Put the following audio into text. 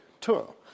tour